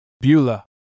Beulah